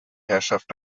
herrschaft